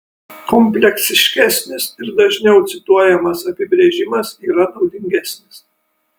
kompleksiškesnis ir dažniau cituojamas apibrėžimas yra naudingesnis